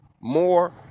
more